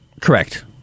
Correct